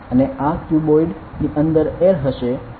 અને આ ક્યુબોઇડ ની અંદર એર હશે